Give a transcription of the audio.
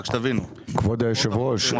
כבוד היושב ראש,